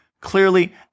Clearly